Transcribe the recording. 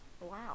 Wow